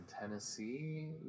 Tennessee